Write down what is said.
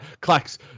clacks